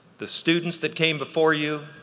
the students that came before you,